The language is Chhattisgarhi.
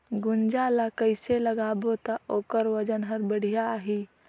गुनजा ला कइसे लगाबो ता ओकर वजन हर बेडिया आही?